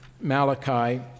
Malachi